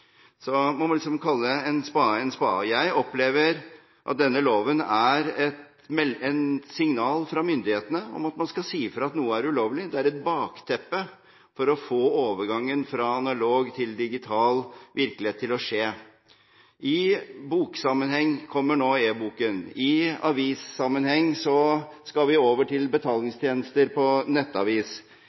Så man må kalle en spade for en spade. Jeg opplever at denne loven er et signal fra myndighetene om at man skal si fra om at noe er ulovlig. Det er et bakteppe for å få overgangen fra analog til digital virkelighet til å skje. I boksammenheng kommer nå e-boken, i avissammenheng skal vi over til betalingstjenester på nettavis.